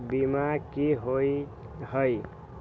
बीमा की होअ हई?